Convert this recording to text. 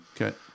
Okay